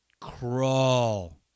crawl